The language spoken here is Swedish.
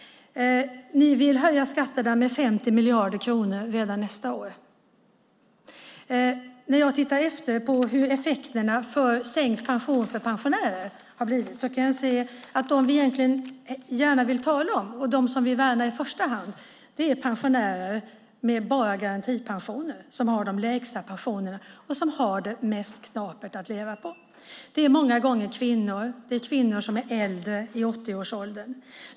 Ni vill höja skatterna med 50 miljarder kronor redan nästa år. De som vi egentligen gärna vill tala om och dem som vi värnar i första hand är pensionärer med bara garantipension. De har de lägsta pensionerna. Det är de som har det mest knapert. Det är många gånger kvinnor. Det är kvinnor som är äldre, i 80-årsåldern.